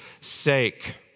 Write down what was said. sake